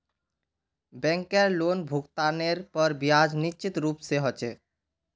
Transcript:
बैंकेर लोनभुगतानेर पर ब्याज निश्चित रूप से ह छे